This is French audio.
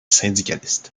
syndicaliste